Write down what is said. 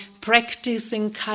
practicing